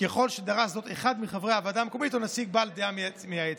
ככל שדרש זאת אחד מחברי הוועדה המקומית או נציג בעל דעה מייעצת.